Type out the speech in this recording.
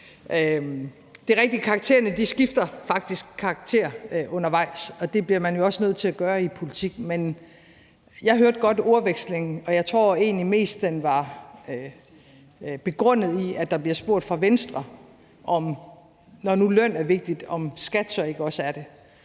er rigtigt, at karaktererne faktisk skifter karakter undervejs, og det bliver man jo også nødt til at gøre i politik. Jeg hørte godt ordvekslingen, og jeg tror egentlig mest, den var begrundet i, at der bliver spurgt fra Venstre, om skat så ikke også er